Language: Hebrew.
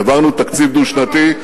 העברנו תקציב דו-שנתי,